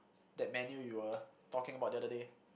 that menu you were talking about the other day